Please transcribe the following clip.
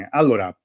allora